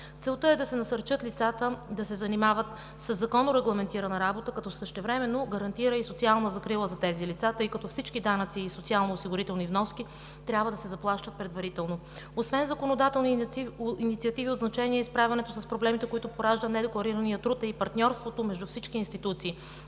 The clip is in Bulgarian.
Целта е да се насърчат лицата да се занимават със законно регламентирана работа, като същевременно гарантира и социална закрила за тези лица, тъй като всички данъци и социалноосигурителни вноски трябва да се заплащат предварително. Освен законодателни инициативи, от значение е и справянето с проблемите, които поражда недекларираният труд, а и партньорството между всички институции